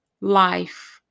Life